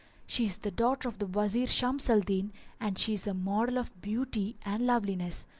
she is the daughter of the wazir shams al-din and she is a model of beauty and loveliness,